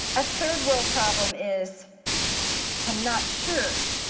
a third world problem is i'm not sure